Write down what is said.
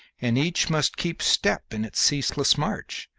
and each must keep step in its ceaseless march,